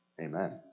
Amen